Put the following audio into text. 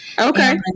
Okay